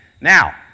Now